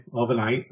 overnight